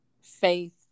Faith